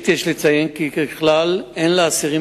האיסור הוטל על כלל האסירים